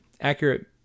accurate